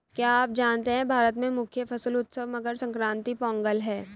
क्या आप जानते है भारत में मुख्य फसल उत्सव मकर संक्रांति, पोंगल है?